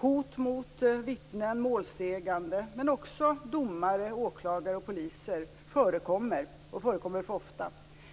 Hot mot vittnen och målsägande, men också mot domare, åklagare och poliser, förekommer och förekommer ofta.